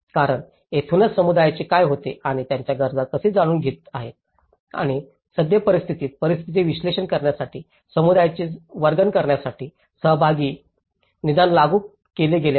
कारण येथूनच समुदायाचे काय होते आणि त्यांच्या गरजा कसे जाणून घेत आहेत आणि सद्य परिस्थितीतील परिस्थितीचे विश्लेषण करण्यासाठी समुदायाचे वर्णन करण्यासाठी सहभागी निदान लागू केले गेले आहे